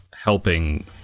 helping